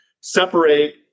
separate